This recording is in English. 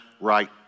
right